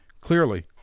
clearly